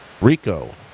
Rico